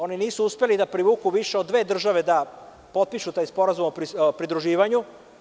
Oni nisu uspeli da privuku više od dve države da potpišu taj sporazum o pridruživanju.